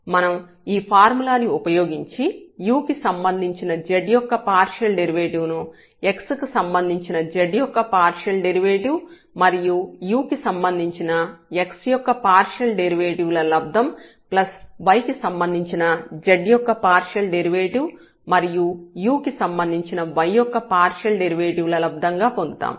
మనం ఈ ఫార్ములాను ఉపయోగించి u కి సంబంధించిన z యొక్క పార్షియల్ డెరివేటివ్ ను x కి సంబంధించిన z యొక్క పార్షియల్ డెరివేటివ్ మరియు u కి సంబంధించిన x యొక్క పార్షియల్ డెరివేటివ్ ల లబ్దం ప్లస్ y కి సంబంధించిన z యొక్క పార్షియల్ డెరివేటివ్ మరియు u కి సంబంధించిన y యొక్క పార్షియల్ డెరివేటివ్ ల లబ్దం గా పొందుతాము